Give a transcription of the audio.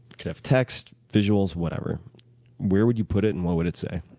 could have text, visuals, whatever where would you put it and what would it say?